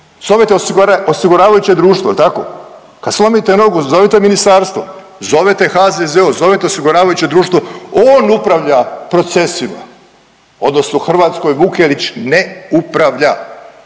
zovete osiguravajuće društvo, jel tako? Kad slomite nogu zovete ministarstvo, zovete HZZO, zovete osiguravajuće društvo, on upravlja procesima odnosno u Hrvatskoj Vukelić ne upravlja,